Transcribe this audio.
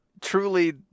Truly